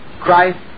Christ